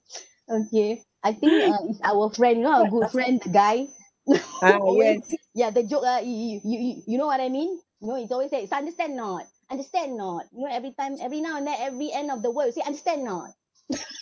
okay I think uh it's our friend you know our good friend's guy ya the joke ah y~ y~ y~ you you you know what I mean you know he's always say so understand or not understand or not you know every time every now and then every end of the word he'll say understand or not